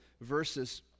verses